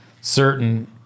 certain